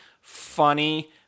funny